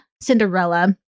Cinderella